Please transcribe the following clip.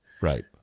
Right